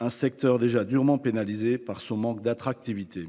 un secteur déjà durement pénalisé par son manque d’attractivité.